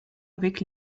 avec